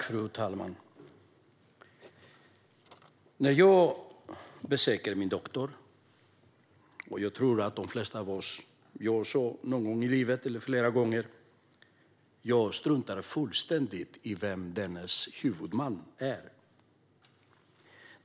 Fru talman! När jag besöker min doktor - jag tror att de flesta av oss besöker doktorn någon gång eller flera gånger i livet - struntar jag fullständigt i vem dennes huvudman är.